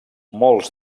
molts